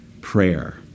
prayer